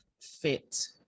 Fit